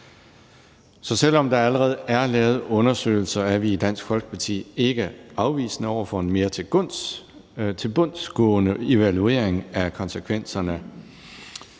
Selv om der allerede er lavet undersøgelser, er vi i Dansk Folkeparti ikke afvisende over for en mere tilbundsgående evaluering af konsekvenserne